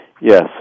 Yes